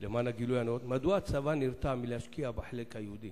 למען הגילוי הנאות: מדוע הצבא נרתע מלהשקיע בחלק היהודי,